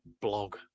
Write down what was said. blog